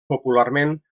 popularment